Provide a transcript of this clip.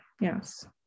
yes